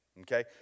okay